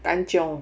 kan chiong